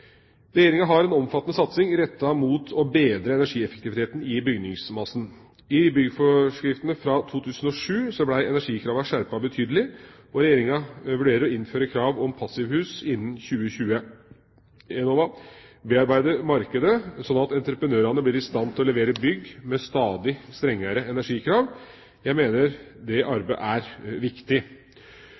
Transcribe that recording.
Regjeringa har en omfattende satsing rettet mot å bedre energieffektiviteten i bygningsmassen. I byggforskrifter fra 2007 ble energikravene skjerpet betydelig, og Regjeringa vil vurdere å innføre krav om passivhus innen 2020. Enova bearbeider markedet, slik at entreprenørene blir i stand til å levere bygg med stadig strengere energikrav. Jeg mener dette arbeidet er viktig.